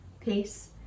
peace